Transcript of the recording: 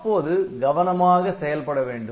அப்போது கவனமாக செயல்பட வேண்டும்